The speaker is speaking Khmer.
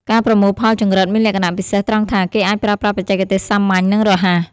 ការប្រមូលផលចង្រិតមានលក្ខណៈពិសេសត្រង់ថា គេអាចប្រើប្រាស់បច្ចេកទេសសាមញ្ញ និងរហ័ស។